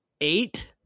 Eight